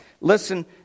Listen